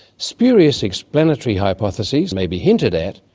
spurious explanatory hypotheses may be hinted at,